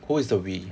who is the we